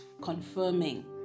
confirming